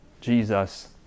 Jesus